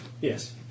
Yes